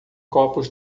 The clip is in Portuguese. copos